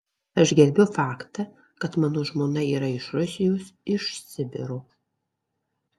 aš gerbiu faktą kad mano žmona yra iš rusijos iš sibiro